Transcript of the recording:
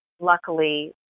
Luckily